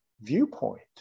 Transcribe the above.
viewpoint